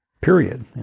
period